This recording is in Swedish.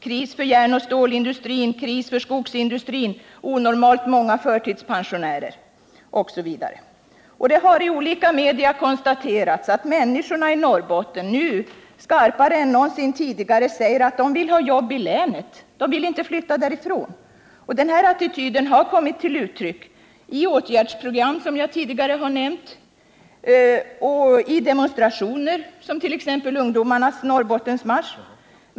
Kris för järnoch stålindustrin. Kris för skogsindustrin. Onormalt många förtidspensionärer.” Det har i olika media konstaterats att människorna i Norrbotten, nu på ett skarpare sätt än någonsin tidigare, kräver att de skall få jobb inom länet. De vill inte flytta därifrån. Den attityden har kommit till uttryck i åtgärdsprogram, som jag tidigare har nämnt, i demonstrationer som t.ex. ungdomarnas Norrbottensmarsch.